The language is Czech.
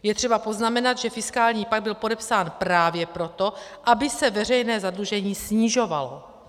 Je třeba poznamenat, že fiskální pakt byl podepsán právě proto, aby se veřejné zadlužení snižovalo.